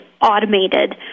automated